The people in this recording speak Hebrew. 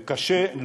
זה קשה,